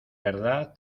verdad